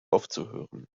aufzuhören